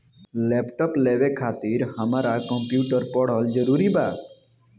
Laptop लेवे खातिर हमरा कम्प्युटर पढ़ल जरूरी बा?